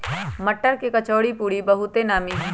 मट्टर के कचौरीपूरी बहुते नामि हइ